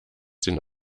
den